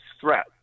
threat